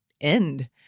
end